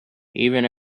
even